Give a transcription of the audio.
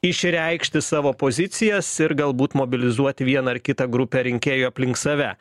išreikšti savo pozicijas ir galbūt mobilizuoti vieną ar kitą grupę rinkėjų aplink save